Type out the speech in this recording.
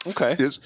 Okay